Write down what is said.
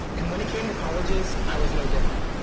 and when it came to colleges, i was no different.